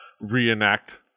reenact